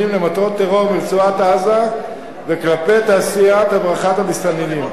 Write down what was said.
למטרות טרור מרצועת-עזה וכלפי תעשיית הברחת המסתננים.